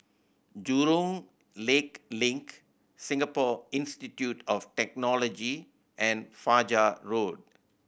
Jurong Lake Link Singapore Institute of Technology and Fajar Road